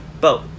boat